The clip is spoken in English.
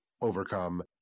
overcome